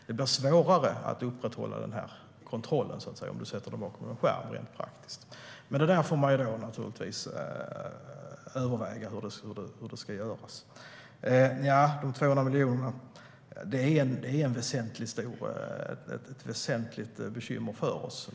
Det blir svårare att upprätthålla den kontrollen om man sätter valsedlarna bakom en skärm. Det får man överväga hur det ska göras rent praktiskt. Nja, de 200 miljonerna är ett väsentligt bekymmer för oss.